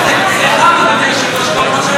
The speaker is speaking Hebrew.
מה זה, כיסא חם,